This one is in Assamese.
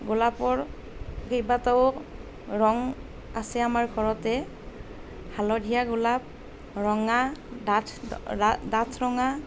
গোলাপৰ কেইবাটাও ৰঙ আছে আমাৰ ঘৰতে হালধীয়া গোলাপ ৰঙা ডাঠ ডাঠ ৰঙা